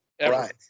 Right